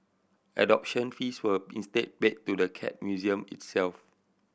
adoption fees were instead paid to the Cat Museum itself